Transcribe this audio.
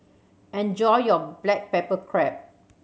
enjoy your black pepper crab